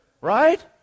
right